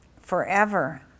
Forever